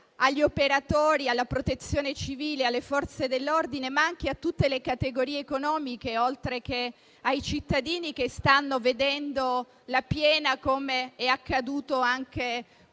agli operatori, alla Protezione civile e alle Forze dell'ordine, ma anche a tutte le categorie economiche, oltre che ai cittadini, che stanno vedendo la piena, come è accaduto anche